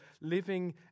living